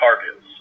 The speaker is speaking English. targets